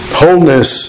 wholeness